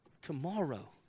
tomorrow